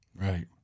Right